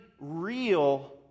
real